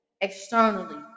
externally